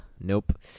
Nope